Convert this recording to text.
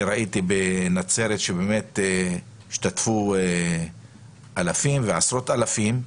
אני ראיתי בנצרת שהשתתפו אלפים ועשרות אלפים,